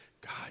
god